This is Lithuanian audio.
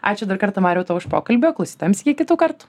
ačiū dar kartą mariau tau už pokalbį o klausytojams iki kitų kartų